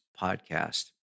podcast